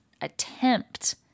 attempt